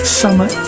summer